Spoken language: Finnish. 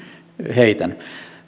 heitän